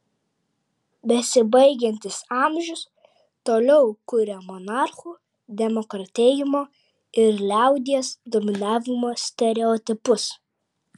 besibaigiantis amžius toliau kuria monarchų demokratėjimo ir liaudies dominavimo stereotipus